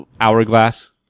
hourglass